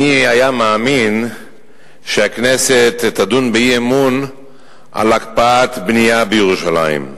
מי היה מאמין שהכנסת תדון באי-אמון על הקפאת בנייה בירושלים.